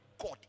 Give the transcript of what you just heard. god